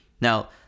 Now